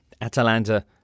Atalanta